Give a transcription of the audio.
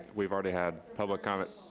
we've already had public comment.